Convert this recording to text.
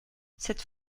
cette